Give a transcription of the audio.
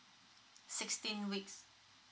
sixteen weeks